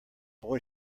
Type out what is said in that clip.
boy